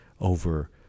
over